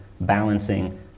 balancing